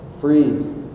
freeze